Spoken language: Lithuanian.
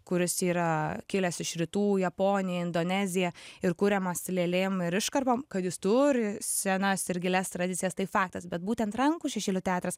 kuris yra kilęs iš rytų japonija indonezija ir kuriamas lėlėm ir iškarpom kad jis turi senas ir gilias tradicijas tai faktas bet būtent rankų šešėlių teatras